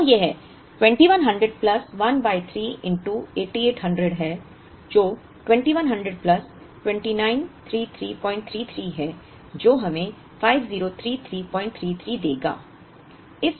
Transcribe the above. तो यह 2100 plus 1 by 3 8800 है जो 2100 प्लस 293333 है जो हमें 503333 देगा